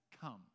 come